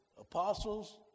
apostles